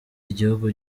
igihugu